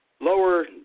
lower